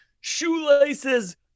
Shoelaces